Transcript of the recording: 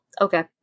Okay